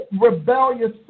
rebellious